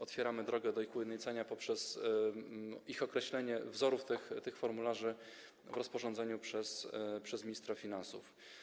Otwieramy drogę do ich ujednolicenia poprzez określenie wzorów tych formularzy w rozporządzeniu przez ministra finansów.